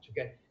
Okay